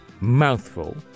mouthful